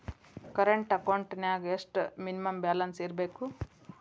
Current ಅಕೌಂಟೆಂನ್ಯಾಗ ಎಷ್ಟ minimum balance ಇರ್ಬೇಕು?